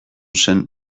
zen